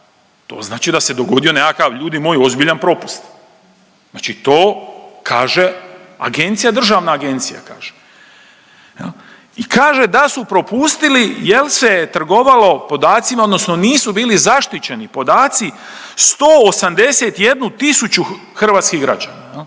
to znači da se dogodio nekakav, ljudi moji, ozbiljan propust. Znači to kaže agencija, državna agencija kaže. I kaže da su propustili jel se trgovalo podacima, odnosno nisu bili zaštićeni podaci 181 tisuću hrvatskih građana, je